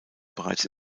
bereits